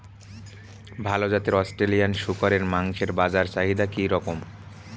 ভাল জাতের অস্ট্রেলিয়ান শূকরের মাংসের বাজার চাহিদা কি রকম?